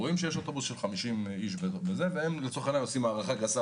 ממלאים אוטובוס עם 50 איש והסדרנים עושים הערכה גסה